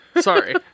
sorry